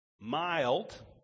mild